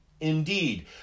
Indeed